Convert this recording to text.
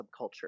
subculture